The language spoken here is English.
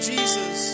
Jesus